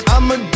I'ma